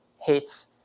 hates